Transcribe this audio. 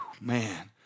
man